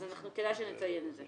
אז כדאי שנציין את זה